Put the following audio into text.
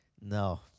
no